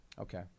Okay